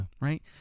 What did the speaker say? Right